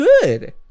good